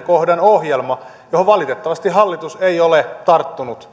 kohdan ohjelma johon valitettavasti hallitus ei ole tarttunut